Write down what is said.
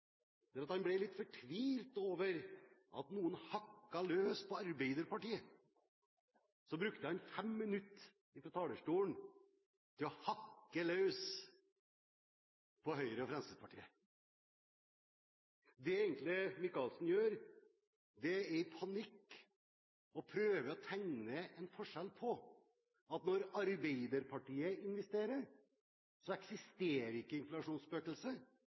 Micaelsen i replikkordskiftet. Han ble litt fortvilet over at noen hakket løs på Arbeiderpartiet. Så brukte han fem minutter fra talerstolen til å hakke løs på Høyre og Fremskrittspartiet. Det Micaelsen egentlig gjør, er i panikk å prøve å tegne en forskjell: Når Arbeiderpartiet investerer, eksisterer ikke